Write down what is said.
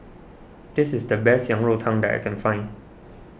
this is the best Yang Rou Tang that I can find